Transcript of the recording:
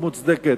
ומוצדקת,